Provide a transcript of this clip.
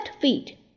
feet